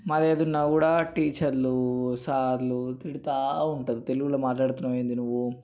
మాట్లాడుతున్నకూడా టీచర్లు సార్లు తిడుతూ ఉంటారు తెలుగులో మాట్లాడుతున్నావు ఏంది నువ్వు